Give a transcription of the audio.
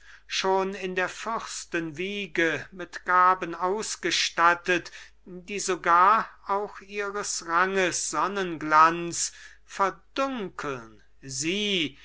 schon in der fürstenwiege mit gaben ausgestattet die sogar auch ihres ranges sonnenglanz verdunkeln sie